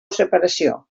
separació